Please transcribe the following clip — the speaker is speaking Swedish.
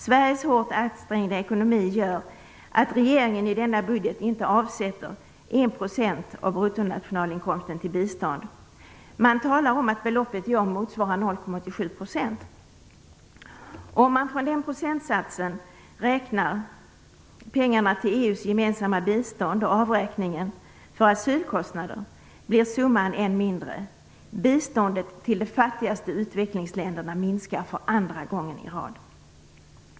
Sveriges hårt ansträngda ekonomi gör att regeringen i årets budget inte avsätter 1 % av bruttonationalinkomsten till bistånd. Man talar om att beloppet motsvarar 0,7 %. Om man från den procentsatsen räknar pengarna till EU:s gemensamma bistånd och tar hänsyn till avräkningen för asylkostnaden, blir summan än mindre. Biståndet till de fattigaste utvecklingsländerna minskar för andra gången i rad.